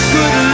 Good